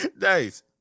nice